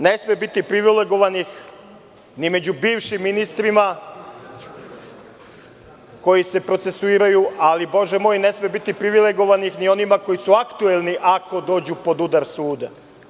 Ne sme biti privilegovanih ni među bivšim ministrima koji se procesuiraju, ali Bože moj, ne sme biti privilegovanih ni onima koji su aktuelni ako dođu pod udar suda.